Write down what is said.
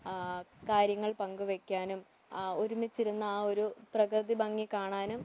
കാര്യങ്ങൾ പങ്ക് വയ്ക്കാനും ഒരുമിച്ചിരുന്ന് ആ ഒരു പ്രകൃതി ഭംഗി കാണാനും